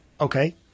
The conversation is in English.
okay